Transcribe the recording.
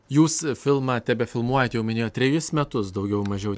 jūs filmą tebefilmuojat jau minėjot trejus metus daugiau mažiau